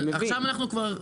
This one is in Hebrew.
אבל עכשיו אנחנו כבר,